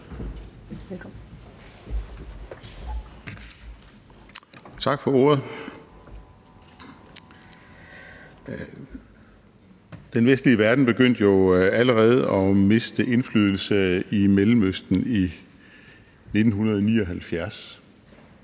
Tak for ordet. Den vestlige verden begyndte jo allerede at miste indflydelse i Mellemøsten i 1979